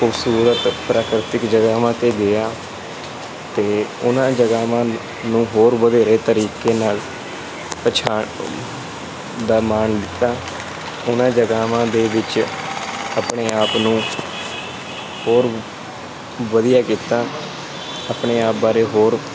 ਖੂਬਸੂਰਤ ਪ੍ਰਕਿਰਤਿਕ ਜਗ੍ਹਾਵਾਂ 'ਤੇ ਗਿਆ ਅਤੇ ਉਹਨਾਂ ਜਗ੍ਹਾਵਾਂ ਨੂੰ ਹੋਰ ਵਧੇਰੇ ਤਰੀਕੇ ਨਾਲ ਪਛਾਣ ਦਾ ਮਾਣ ਦਿੱਤਾ ਉਹਨਾਂ ਜਗ੍ਹਾਵਾਂ ਦੇ ਵਿੱਚ ਆਪਣੇ ਆਪ ਨੂੰ ਹੋਰ ਵਧੀਆ ਕੀਤਾ ਆਪਣੇ ਆਪ ਬਾਰੇ ਹੋਰ